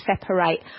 separate